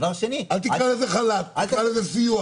אל תקרא לזה חל"ת, תקרא לזה סיוע.